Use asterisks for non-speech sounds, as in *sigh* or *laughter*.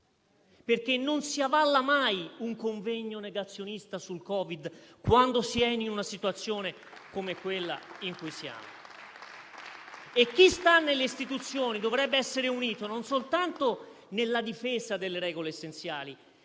perché non si avalla mai un convegno negazionista sul Covid-19 quando si è in una situazione come quella in cui siamo. *applause* Chi sta nelle istituzioni dovrebbe essere unito, non soltanto nella difesa delle regole essenziali,